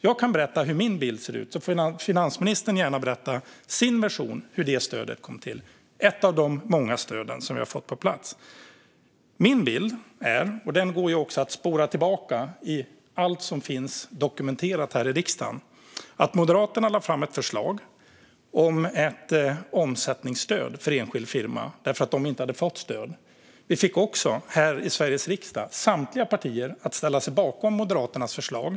Jag kan berätta hur min bild ser ut, så får finansministern gärna ge sin version av hur det stödet kom till, ett av de många stöd som vi har fått på plats. Min bild, och den går också att spåra tillbaka i allt som finns dokumenterat här i riksdagen, är att Moderaterna lade fram ett förslag om ett omsättningsstöd för enskild firma eftersom enskilda firmor inte hade fått något stöd. Vi fick också här i Sveriges riksdag samtliga partier att ställa sig bakom Moderaternas förslag.